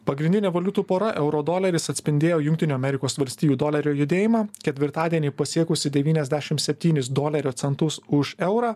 pagrindinė valiutų pora euro doleris atspindėjo jungtinių amerikos valstijų dolerio judėjimą ketvirtadienį pasiekusi devyniasdešim septynis dolerio centus už eurą